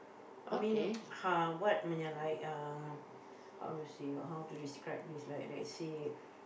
I mean !huh! what menyang like uh how to say or how to describe is like let's say